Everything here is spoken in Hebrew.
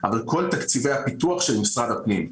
אבל כל תקציבי הפיתוח של משרד הפנים.